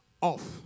off